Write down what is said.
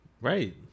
right